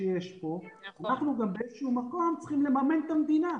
שיש פה אנחנו גם צריכים לממן את המדינה.